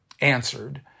answered